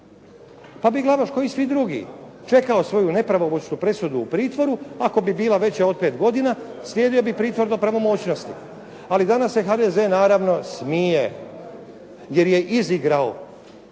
pa bi Glavaš ko i svi drugi čekao svoju nepravomoćnu presudu u pritvoru, ako bi bila veća od 5 godina, slijedio bi pritvor do pravomoćnosti. Ali danas se HDZ naravno smije jer je izigrao